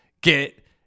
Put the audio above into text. get